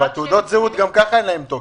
אבל לתעודות זהות גם כך אין תוקף.